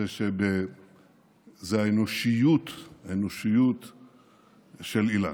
זה האנושיות של אילן.